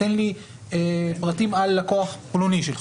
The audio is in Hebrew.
תן לי פרטים על לקוח פלוני.